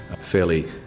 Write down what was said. fairly